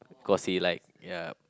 because he like ya